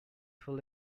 full